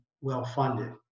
well-funded